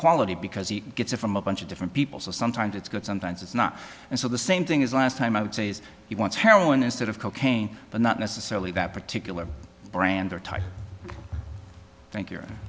quality because he gets it from a bunch of different people so sometimes it's good sometimes it's not and so the same thing as last time i would say is he wants heroin instead of cocaine but not necessarily that particular brand or type thank